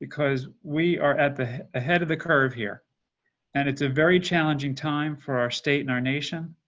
because we are at the ahead of the curve here and it's a very challenging time for our state and our nation.